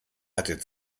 hatte